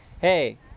hey